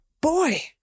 boy